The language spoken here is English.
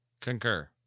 concur